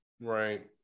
Right